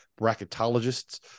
bracketologists